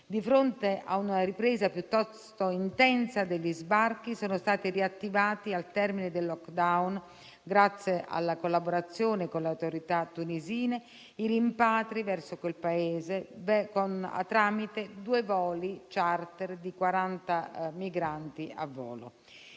Di fronte a una ripresa piuttosto intensa degli sbarchi, sono stati riattivati, al termine del *lockdown*, grazie alla collaborazione con le autorità tunisine, i rimpatri verso quel Paese, tramite due voli *charter*, per 40 migranti a volo.